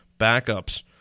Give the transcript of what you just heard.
Backups